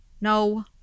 No